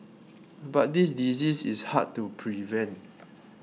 but this disease is hard to prevent